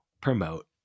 promote